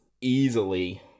easily